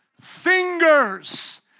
fingers